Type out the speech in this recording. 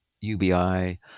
UBI